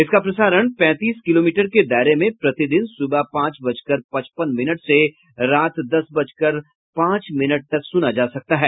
इसका प्रसारण पैंतीस किलोमीटर के दायरे में प्रतिदिन सुबह पांच बजकर पचपन मिनट से रात दस बजकर पांच मिनट तक सुना जा सकता है